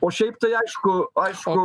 o šiaip tai aišku aišku